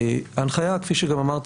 ההנחיה כפי שגם אמרת